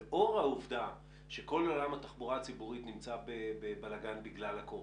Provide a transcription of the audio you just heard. לאור העובדה שכל עולם התחבורה הציבורית נמצא בבלגן בגלל הקורונה,